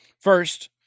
First